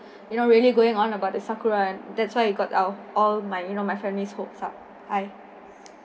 you know really going on about the sakura and that's why you got our all my you know my family's hope up I